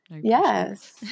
Yes